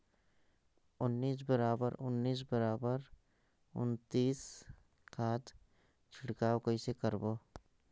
उन्नीस बराबर उन्नीस बराबर उन्नीस खाद छिड़काव कइसे करबो?